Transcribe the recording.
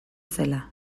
zela